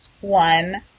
one